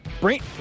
Bring